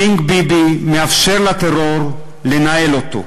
קינג ביבי מאפשר לטרור לנהל אותו.